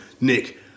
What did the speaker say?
Nick